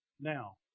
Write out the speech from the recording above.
Now